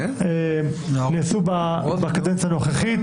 ונעשו בקדנציה הנוכחית.